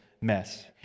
mess